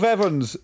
Evans